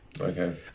Okay